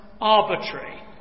arbitrary